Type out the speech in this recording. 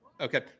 Okay